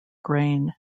grain